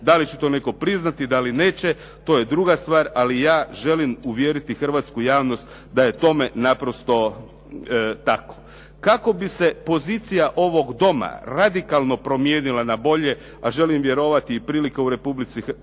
Da li će to netko priznati, da li neće, to je druga stvar, ali ja želim uvjeriti hrvatsku javnost da je tome naprosto tako, kako bi se pozicija ovog doma radikalno promijenila na bolje, a želim vjerovati i prilike u Republici Hrvatskoj.